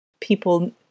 people